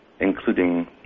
including